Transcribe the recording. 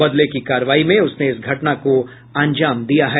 बदले की कार्रवाई में उसने इस घटना को अंजाम दिया है